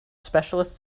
specialist